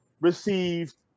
received